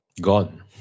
Gone